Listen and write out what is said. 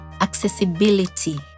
accessibility